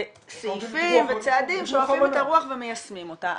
סעיפים וצעדים ש- -- את הרוח ומיישמים אותה,